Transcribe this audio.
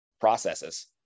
processes